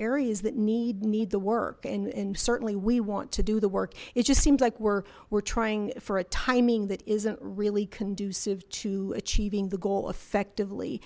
areas that need need the work and and certainly we want to do the work it just seems like we're we're trying for a timing that isn't really conducive to achieving the goal effectively